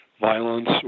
violence